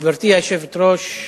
גברתי היושבת-ראש,